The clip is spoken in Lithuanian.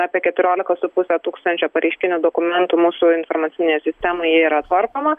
apie keturiolika su puse tūkstančio pareiškinių dokumentų mūsų informacinėje sistemoje yra tvarkoma